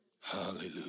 Hallelujah